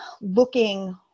looking